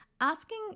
asking